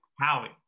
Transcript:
Howie